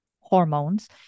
hormones